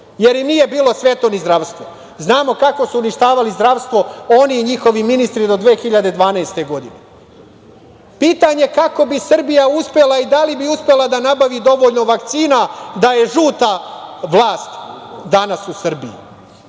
nije bilo sveto. Znamo kako su uništavali zdravstvo oni i njihovi ministri do 2012. godine. Pitanje je kako bi Srbija uspela i da li bi uspela da nabavi dovoljno vakcina da je žuta vlast danas u Srbiji?